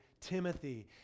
Timothy